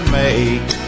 make